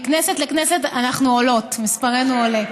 מכנסת לכנסת אנחנו עולות, מספרנו עולה.